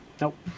Nope